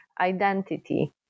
identity